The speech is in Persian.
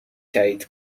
تایید